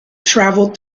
travel